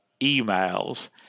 emails